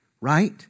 right